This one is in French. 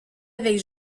avec